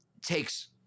takes